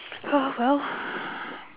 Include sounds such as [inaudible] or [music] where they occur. [noise]